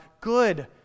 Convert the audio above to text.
Good